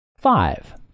Five